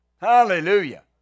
Hallelujah